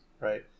right